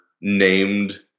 named